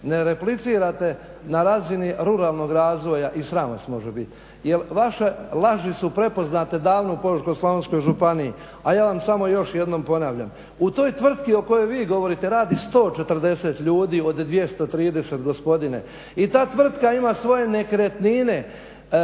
ne replicirate na razini ruralnog razvoja i sram vas može biti. Jer vaše laži su prepoznate davno u Požeško-slavonskoj županiji, a ja vam samo još jednom ponavljam u toj tvrtki o kojoj vi govorite radi 140 ljudi od 230 gospodine i ta tvrtka ima svoje nekretnine